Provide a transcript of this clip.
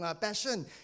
passion